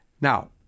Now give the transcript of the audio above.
Now